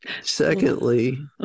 Secondly